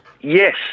Yes